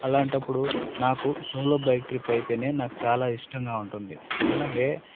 అలాంటప్పుడు నాకు solo bike trip అయితేనే నాకు చాలా ఇష్టంగా ఉంటుంది అలాగే